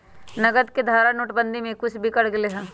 नकद के धारा नोटेबंदी में कुछ बिखर गयले हल